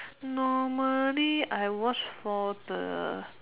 normally I watch for the